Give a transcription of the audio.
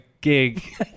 gig